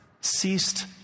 ceased